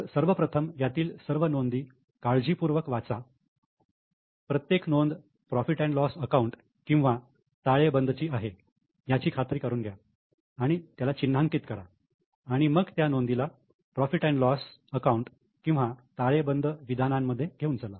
तर सर्वप्रथम यातील सर्व नोंदी काळजीपूर्वक वाचा प्रत्येक नोंद profit and loss account profit loss account किंवा ताळेबंदची आहे याची खात्री करून चिन्हांकित करा आणि मग त्या नोंदीला profit and loss account profit loss account किंवा ताळेबंद विधानांमध्ये घेऊन चला